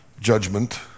judgment